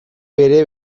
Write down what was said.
bere